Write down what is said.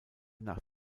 nach